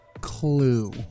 Clue